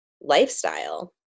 lifestyle